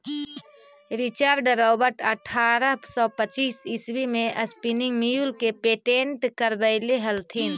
Richard Robert अट्ठरह सौ पच्चीस ईस्वी में स्पीनिंग म्यूल के पेटेंट करवैले हलथिन